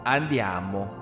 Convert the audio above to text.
Andiamo